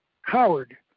Howard